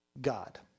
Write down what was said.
God